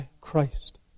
Christ